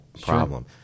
problem